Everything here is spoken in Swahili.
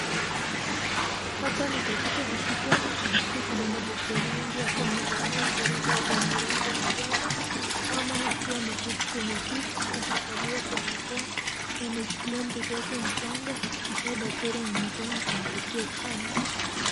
Hapa ni katika hosiptali ambapo kuna madaktari wengi wakiwa wamevalia sare zao zenye rangi ya njano, mama akiwa ameketi kwenye kiti na kuvalia barakoa na ameshikilia mtoto wake mchanga, kisha daktari anaonekana kumpatia chanjo.